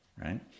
right